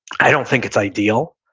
i don't think it's ideal.